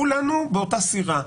כולנו באותה סירה,